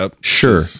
sure